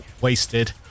wasted